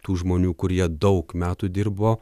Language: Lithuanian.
tų žmonių kurie daug metų dirbo